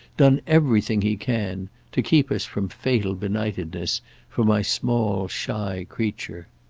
done everything he can to keep us from fatal benightedness for my small shy creature.